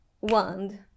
wand